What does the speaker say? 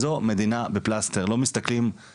אני קצין הדרכה של ויש לי כמה דברים לומר פה,